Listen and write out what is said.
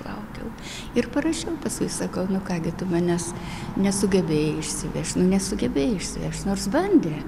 laukiau ir parašiau paskui sakau nu ką gi tu manęs nesugebėjai išsivežt nu sugebėjai išsivežt nors bandė